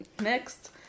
next